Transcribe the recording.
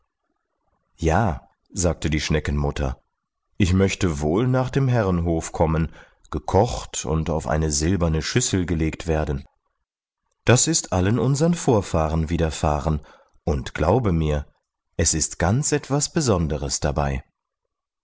ja sagte die schneckenmutter ich möchte wohl nach dem herrenhof kommen gekocht und auf eine silberne schüssel gelegt werden das ist allen unsern vorfahren widerfahren und glaube mir es ist ganz etwas besonderes dabei